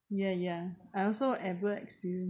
ya ya I also ever experience